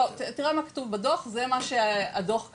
תראה מה כתוב בדוח, זה מה שהדוח קבע.